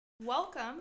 Welcome